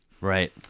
right